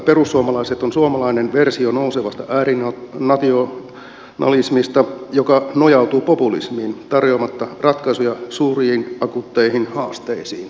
perussuomalaiset on suomalainen versio nousevasta äärinationalismista joka nojautuu populismiin tar joamatta ratkaisuja suuriin akuutteihin haasteisiin